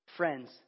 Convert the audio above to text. Friends